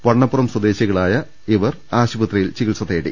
വണ്ണപ്പുറം സ്വദേശികളായ് ഇവർ ആശുപത്രിയിൽ ചികിത്സ തേടി